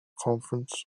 conference